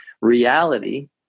Reality